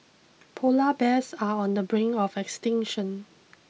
polar bears are on the brink of extinction